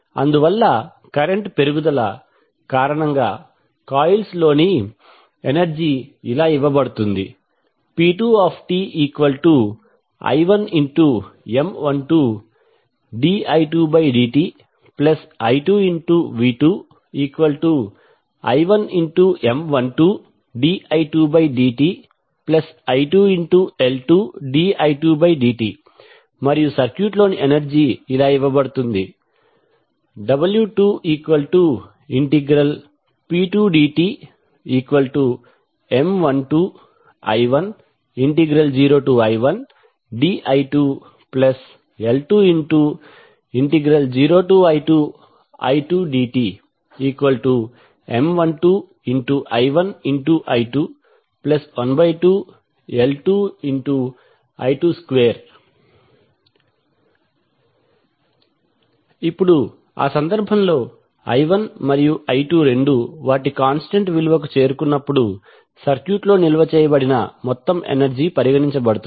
అందువల్ల కరెంట్ పెరుగుదల కారణంగా కాయిల్స్లోని ఎనర్జీ ఇలా ఇవ్వబడుతుంది p2ti1M12di2dti2v2i1M12di2dti2L2di2dt మరియు సర్క్యూట్ లో ని ఎనర్జీ ఇలా ఇవ్వబడుతుంది w2p2dtM12I10I1di2L20I2i2dtM12I1I212L2I22 ఇప్పుడు ఆ సందర్భంలో i1 మరియు i2 రెండూ వాటి కాంస్టెంట్ విలువకు చేరుకున్నప్పుడు సర్క్యూట్లో నిల్వ చేయబడిన మొత్తం ఎనర్జీ పరిగణించబడుతుంది